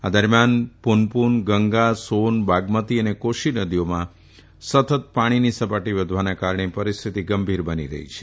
આ દરમિયાન પુન પુન ગંગા સોને બાગમતી અને કોષી નદીઓમાં સતત પાણીની સપાટી વઘવાને કારણે પરીસ્થિતિ ગંભીર બની રહી છે